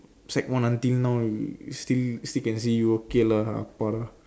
sec one until now still still can see you okay lah Para